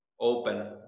open